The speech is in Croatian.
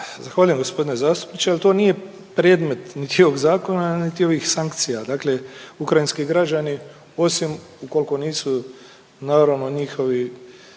Zahvaljujem gospodine zastupniče. Ali to nije predmet niti ovog zakona niti ovih sankcija, dakle ukrajinski građani osim ukoliko nisu naravno njihovi,